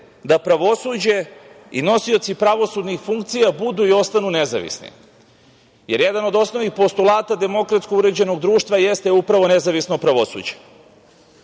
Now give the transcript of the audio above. da pravosuđe i nosioci pravosudnih funkciju budu i ostanu nezavisni, jer jedan od osnovnih postulata demokratsko uređenog društva jeste upravo nezavisno pravosuđe.